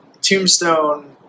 Tombstone